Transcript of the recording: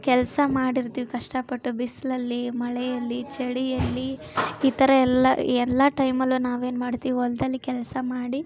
ಕೆಲಸ ಮಾಡಿರ್ತೀವ್ ಕಷ್ಟಪಟ್ಟು ಬಿಸಿಲಲ್ಲಿ ಮಳೆಯಲ್ಲಿ ಚಳಿಯಲ್ಲಿ ಈ ಥರ ಎಲ್ಲ ಎಲ್ಲ ಟೈಮಲ್ಲೂ ನಾವೇನು ಮಾಡ್ತೀವಿ ಹೊಲ್ದಲ್ಲಿ ಕೆಲಸ ಮಾಡಿ